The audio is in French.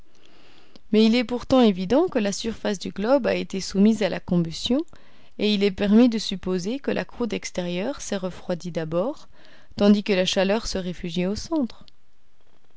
mais il est pourtant évident que la surface du globe a été soumise à la combustion et il est permis de supposer que la croûte extérieure s'est refroidie d'abord tandis que la chaleur se réfugiait au centre